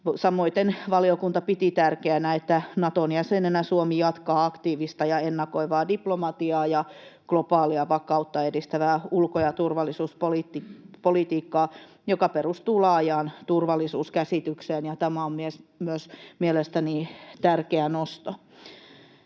Samoiten valiokunta piti tärkeänä, että Naton jäsenenä Suomi jatkaa aktiivista ja ennakoivaa diplomatiaa ja globaalia vakautta edistävää ulko- ja turvallisuuspolitiikkaa, joka perustuu laajaan turvallisuuskäsitykseen. Myös tämä on mielestäni tärkeä nosto.